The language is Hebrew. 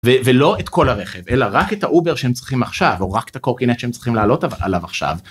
ולא את כל הרכב אלא רק את האובר שהם צריכים עכשיו או רק את הקורקינט שהם צריכים לעלות עליו עכשיו.